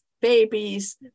babies